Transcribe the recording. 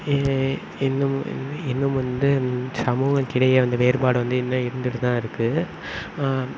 எங்கே இன்னமும் இன்னும் வந்து சமூகதுக்கிடையே வந்து வேறுபாடு வந்து இன்னும் இருந்துகிட்டு தான் இருக்கு